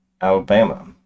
Alabama